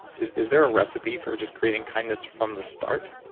is is there a recipe for just creating kindness from the start?